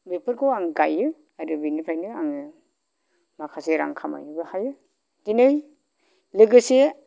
बेफोरखौ आं गायो आरो बिनिफ्रायनो आङो माखासे रां खामायनोबो हायो दिनै लोगोसे